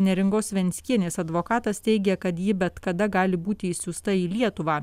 neringos venckienės advokatas teigia kad ji bet kada gali būti išsiųsta į lietuva